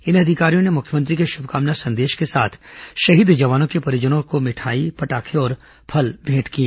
इन अधिकारियों ने मुख्यमंत्री के शुभकामना संदेश के साथ शहीद जवानों के परिजनों को मिठाई पटाखे और फल भेंट किए